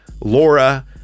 Laura